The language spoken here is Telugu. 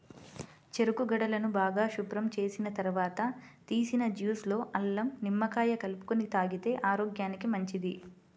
చెరుకు గడలను బాగా శుభ్రం చేసిన తర్వాత తీసిన జ్యూస్ లో అల్లం, నిమ్మకాయ కలుపుకొని తాగితే ఆరోగ్యానికి మంచిది